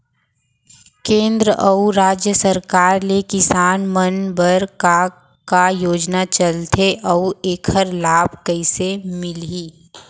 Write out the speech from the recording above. केंद्र अऊ राज्य सरकार ले किसान मन बर का का योजना चलत हे अऊ एखर लाभ कइसे मिलही?